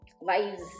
wives